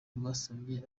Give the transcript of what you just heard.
bwasabye